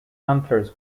antlers